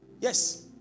Yes